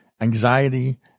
anxiety